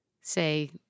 say